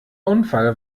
unfall